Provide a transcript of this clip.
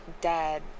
dead